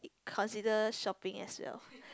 consider shopping as well